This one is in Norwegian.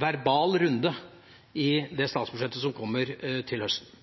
verbal runde i det statsbudsjettet som kommer til høsten.